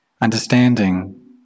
understanding